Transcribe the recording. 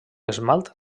esmalt